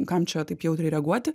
kam čia taip jautriai reaguoti